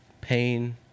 pain